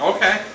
Okay